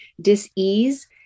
dis-ease